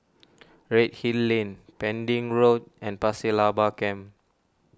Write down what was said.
Redhill Lane Pending Road and Pasir Laba Camp